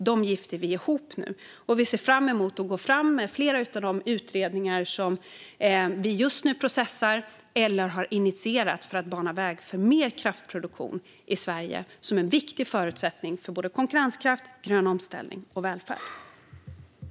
Dem gifter vi nu ihop, och vi ser fram emot att gå fram med flera av de utredningar som vi just nu processar eller har initierat för att bana väg för mer kraftproduktion i Sverige. Det är en viktig förutsättning för konkurrenskraft, grön omställning och välfärd.